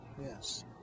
Yes